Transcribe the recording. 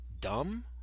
dumb